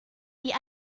wie